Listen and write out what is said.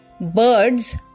Birds